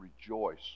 rejoice